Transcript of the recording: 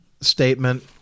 statement